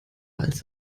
als